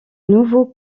nouveau